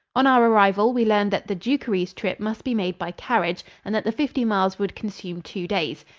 on our arrival we learned that the dukeries trip must be made by carriage and that the fifty miles would consume two days.